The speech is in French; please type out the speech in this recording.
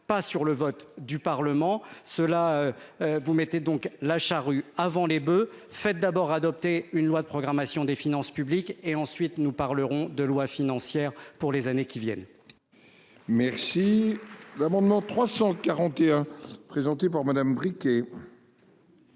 pas sur le vote du Parlement. Cela. Vous mettez donc la charrue avant les boeufs, faites d'abord adopter une loi de programmation des finances publiques et ensuite nous parlerons de loi financières pour les années qui viennent. Merci. L'amendement 341 présenté par Madame.